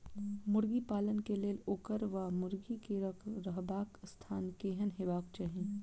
मुर्गी पालन केँ लेल ओकर वा मुर्गी केँ रहबाक स्थान केहन हेबाक चाहि?